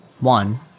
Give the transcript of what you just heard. one